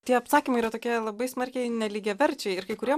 tie apsakymai yra tokie labai smarkiai nelygiaverčiai ir kai kurie